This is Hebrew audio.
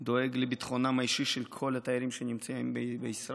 הוא דואג לביטחונם האישי של כל התיירים שנמצאים בישראל.